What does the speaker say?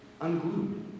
unglued